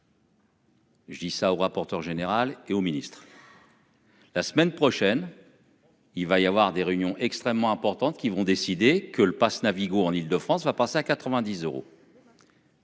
Je dis ça au rapporteur général et au ministre.-- La semaine prochaine.-- Il va y avoir des réunions extrêmement importantes qui vont décider que le Pass Navigo en Île-de-France va passer à 90 euros.--